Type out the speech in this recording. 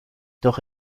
doch